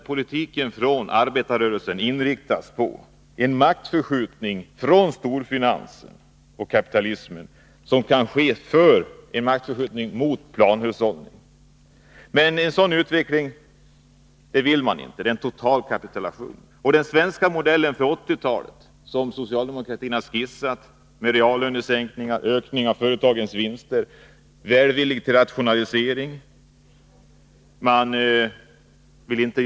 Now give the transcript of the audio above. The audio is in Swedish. Politiken från arbetarrörelsen måste inriktas på en förskjutning från kapitalismen och storfinansens makt till planhushållning. Men en sådan utveckling vill socialdemokraterna inte vara med om, utan det är fråga om en total kapitulation i den svenska modell för 1980-talet som socialdemokratin har skissat. Reallönesänkningar, ökningar av företagens vinster och en välvillig inställning till rationaliseringar är några inslag.